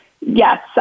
yes